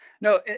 No